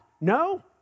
No